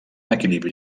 equilibri